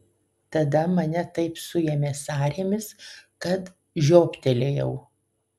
tada mane taip suėmė sąrėmis kad žioptelėjau